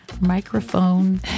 microphone